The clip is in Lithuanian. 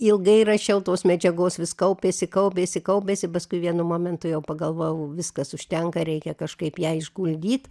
ilgai rašiau tos medžiagos vis kaupėsi kaupėsi kaupėsi paskui vienu momentu jau pagalvojau viskas užtenka reikia kažkaip ją išguldyt